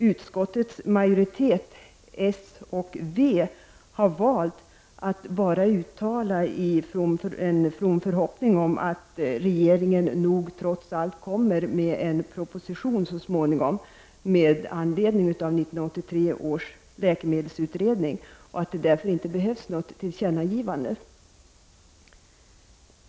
Utskottets majoritet, bestående av socialdemokraterna och vänsterpartiet, har valt att bara uttala en from förhoppning om att regeringen nog trots allt så småningom kommer att lägga fram en proposition med anledning av 1983 års läkemedelsutredning och att något tillkännagivande därför inte behövs.